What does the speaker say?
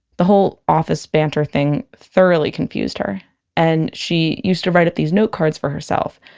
the whole office banter thing thoroughly confused her and she used to write up these notecards for herself,